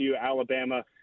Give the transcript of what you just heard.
Alabama